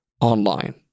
online